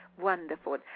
Wonderful